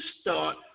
start